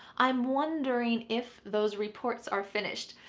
i'm wondering if those reports are finished.